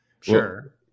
Sure